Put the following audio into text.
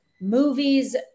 movies